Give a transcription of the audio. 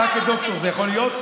אתה דוקטור, זה יכול להיות?